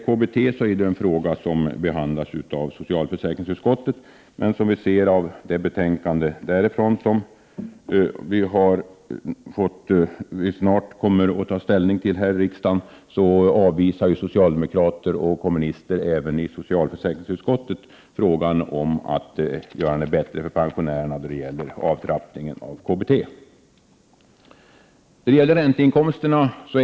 KBT behandlas av socialförsäkringsutskottet, men vi ser i det betänkande därifrån som vi har fått och snart kommer att ta ställning till här i riksdagen, att socialdemokrater och kommunister även där avvisar kravet om att göra det bättre för pensionärerna då det gäller avtrappningen av KBT.